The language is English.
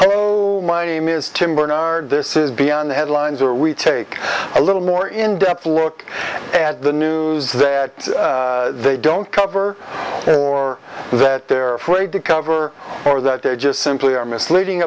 hello my name is tim bernard this is beyond the headlines or we take a little more in depth look at the news that they don't cover or that they're afraid to cover or that they're just simply are misleading